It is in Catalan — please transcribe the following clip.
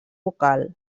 vocal